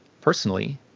personally